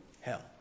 hell